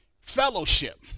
fellowship